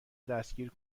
دستگیر